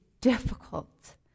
difficult